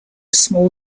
small